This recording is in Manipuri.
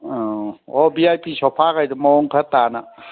ꯑꯥ ꯑꯣ ꯕꯤ ꯑꯥꯏ ꯄꯤ ꯁꯣꯐꯥꯒꯩꯗꯨ ꯃꯑꯣꯡ ꯈꯔ ꯇꯥꯅ